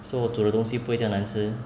so 我煮的东西不会这样难吃